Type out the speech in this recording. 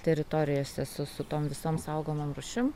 teritorijose su su tom visom saugomom rūšim